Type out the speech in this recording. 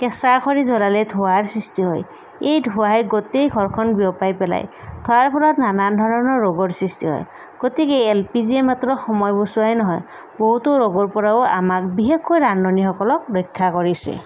কেঁচা খৰি জ্বলালে ধোঁৱাৰ সৃষ্টি হয় এই ধোঁৱাই গোটেই ঘৰখন বিয়পাই পেলায় ধোঁৱাৰ পৰা নানান ধৰণৰ ৰোগৰ সৃষ্টি হয় গতিকে এল পি জিয়ে মাত্ৰ সময় বচোৱাই নহয় বহুতো ৰোগৰ পৰাও আমাক বিশেষকৈ ৰান্ধনিসকলক ৰক্ষা কৰিছে